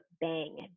Bang